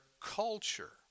culture